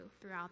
throughout